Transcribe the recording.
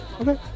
Okay